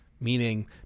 Meaning